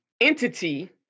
entity